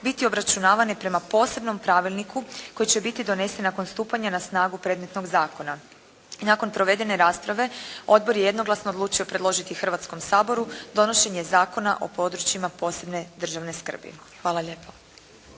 biti obračunavane prema posebnom pravilniku koji će biti donesen nakon stupanja na snagu predmetnog zakona. I nakon provedene rasprave odbor je jednoglasno odlučio predložiti Hrvatskom saboru donošenje Zakona o područjima posebne državne skrbi. Hvala lijepo.